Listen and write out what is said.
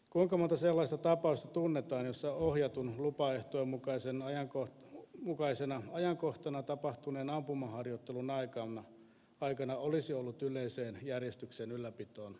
kuinka monta sellaista tapausta tunnetaan jossa ohjatun lupaehtojen mukaisena ajankohtana tapahtuneen ampumaharjoittelun aikana olisi ollut yleiseen järjestyksen ylläpitoon liittyviä ongelmia